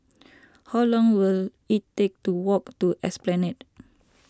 how long will it take to walk to Esplanade